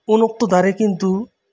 ᱩᱱᱚᱠᱛᱚ ᱫᱟᱨᱮ ᱠᱤᱱᱛᱩ